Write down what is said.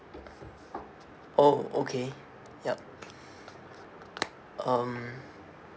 oh okay yup um